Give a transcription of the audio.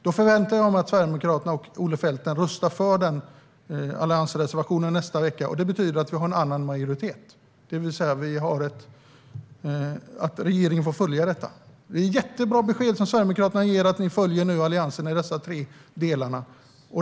Jag förväntar mig att Sverigedemokraterna och Olle Felten röstar för den alliansreservationen nästa vecka. Det betyder att vi har en annan majoritet och att regeringen får följa detta. Det är jättebra besked som Sverigedemokraterna ger: att ni nu följer Alliansen i dessa tre delar.